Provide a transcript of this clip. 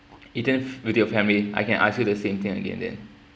eaten with your family I can ask you the same thing again then